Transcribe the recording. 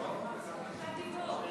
בקשת דיבור.